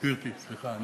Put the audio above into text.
גברתי, סליחה.